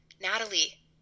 Natalie